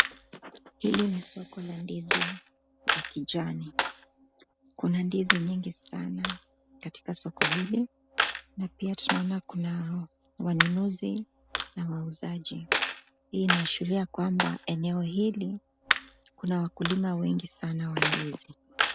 Hili ni soko la ndizi ya kijani kuna ndizi nyingi dana katika soko hili, na pia tunaona wanunuzi na wauzaji hii inaashiria kwamba eneo hili Ina wakulima wengi sana.